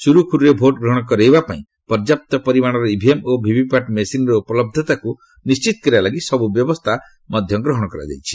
ସୁରୁଖୁରୁରେ ଭୋଟ୍ଗ୍ରହଣ କରିବା ପାଇଁ ପର୍ଯ୍ୟାପ୍ତ ପରିମାଣର ଇଭିଏମ୍ ଓ ଭିଭିପାଟ୍ ମେସିନ୍ର ଉପଲହ୍ଧତାକୁ ନିଶ୍ଚିତ କରିବା ଲାଗି ସବୁ ବ୍ୟବସ୍ଥା ଗ୍ରହଣ କରାଯାଇଛି